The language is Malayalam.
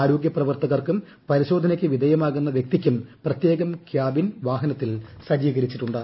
ആരോഗ്യ പ്രവർത്തകർക്കും പരിശോധനക്ക് വിധേയമാകുന്ന വൃക്തിക്കും പ്രത്യേകം കൃാബിൻ വാഹനത്തിൽ സജ്ജീകരിച്ചിട്ടുണ്ട്